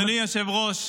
אדוני היושב-ראש,